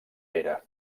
pere